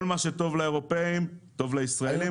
כל מה שטוב לאירופאים, טוב לישראלים.